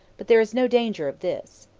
but there is no danger of this.